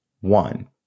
one